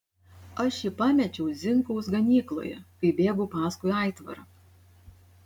aš jį pamečiau zinkaus ganykloje kai bėgau paskui aitvarą